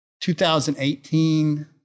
2018